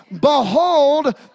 Behold